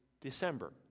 December